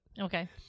Okay